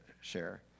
share